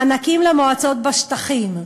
מענקים למועצות בשטחים,